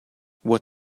what